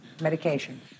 medication